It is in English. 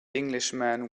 englishman